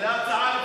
זו הצעה רצינית.